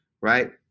right